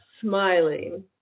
smiling